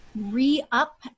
re-up